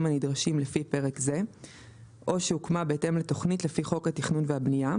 הנדרשים לפי פרק זה או שהוקמה בהתאם לתכנית לפי חוק התכנון והבנייה,